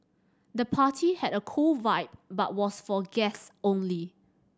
the party had a cool vibe but was for guests only